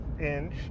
inch